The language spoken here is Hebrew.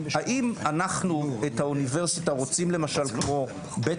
האם אנחנו רוצים לראות את האוניברסיטה למשל כמו בית